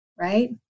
right